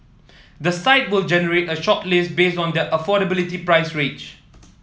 the site will generate a shortlist based on their affordability price range